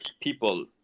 people